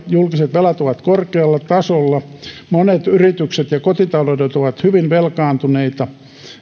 julkiset velat ovat korkealla tasolla monet yritykset ja kotitaloudet ovat hyvin velkaantuneita